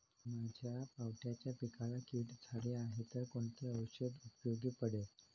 माझ्या पावट्याच्या पिकाला कीड झाली आहे तर कोणते औषध उपयोगी पडेल?